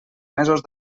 mesos